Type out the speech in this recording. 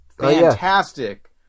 fantastic